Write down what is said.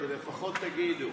לפחות תגידו